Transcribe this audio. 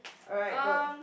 alright go